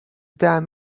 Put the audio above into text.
damn